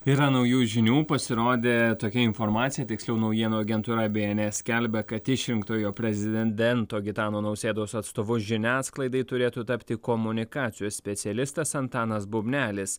yra naujų žinių pasirodė tokia informacija tiksliau naujienų agentūra bns skelbia kad išrinktojo prezdindento gitano nausėdos atstovu žiniasklaidai turėtų tapti komunikacijos specialistas antanas bubnelis